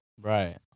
Right